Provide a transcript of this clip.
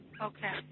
Okay